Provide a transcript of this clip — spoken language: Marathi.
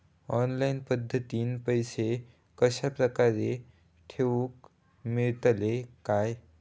ऑनलाइन पद्धतीन पैसे कश्या प्रकारे ठेऊक मेळतले काय?